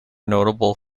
notable